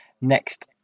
next